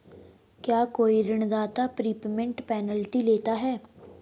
क्या कोई ऋणदाता प्रीपेमेंट पेनल्टी लेता है?